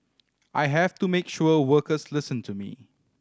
I have to make sure workers listen to me